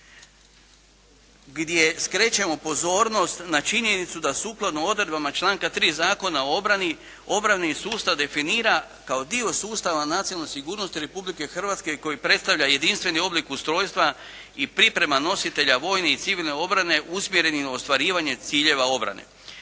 gdje skrećemo pozornost na činjenicu da sukladno odredbama članka 3. Zakona o obrani obrambeni sustav definira kao dio sustava nacionalne sigurnosti Republike Hrvatske koji predstavlja jedinstveni oblik ustrojstva i priprema nositelja vojne i civilne obrane usmjerenih na ostvarivanje ciljeva obrane.